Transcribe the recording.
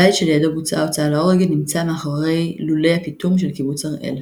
הבית שלידו בוצעה ההוצאה להורג נמצא מאחורי לולי הפיטום של קיבוץ הראל.